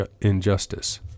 injustice